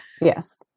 Yes